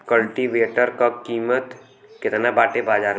कल्टी वेटर क कीमत केतना बाटे बाजार में?